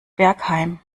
bergheim